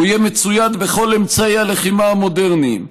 הוא יהיה מצויד בכל אמצעי הלחימה המודרניים